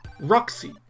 Roxy